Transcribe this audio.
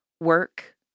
work